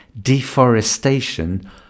deforestation